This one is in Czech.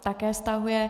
Také stahuje.